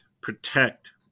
protect